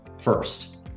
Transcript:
first